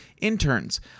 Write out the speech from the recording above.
interns